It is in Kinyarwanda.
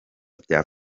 bya